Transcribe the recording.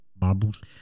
marbles